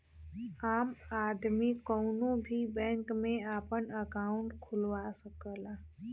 आम आदमी कउनो भी बैंक में आपन अंकाउट खुलवा सकला